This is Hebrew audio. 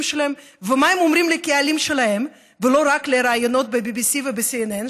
שלהם ומה הם אומרים לקהלים שלהם ולא רק בראיונות ב-BBC וב-CNN,